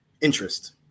interest